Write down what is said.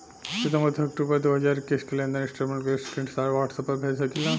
सितंबर से अक्टूबर दो हज़ार इक्कीस के लेनदेन स्टेटमेंट के स्क्रीनशाट व्हाट्सएप पर भेज सकीला?